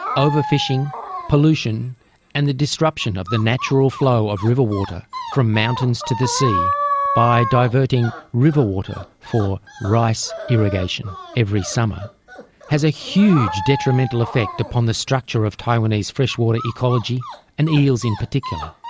overfishing, pollution and the disruption of the natural flow of river water from mountains to the sea by diverting river water for rice irrigation every summer has a huge detrimental effect upon the structure of taiwanese freshwater ecology and eels in particular.